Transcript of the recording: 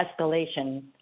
escalation